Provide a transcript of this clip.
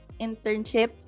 internship